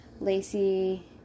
Lacey